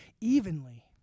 evenly